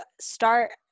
start